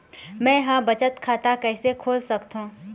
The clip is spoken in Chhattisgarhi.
मै ह बचत खाता कइसे खोल सकथों?